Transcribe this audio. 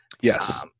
yes